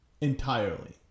Entirely